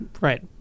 Right